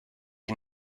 die